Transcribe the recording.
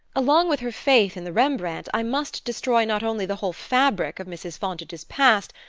along with her faith in the rembrandt i must destroy not only the whole fabric of mrs. fontage's past,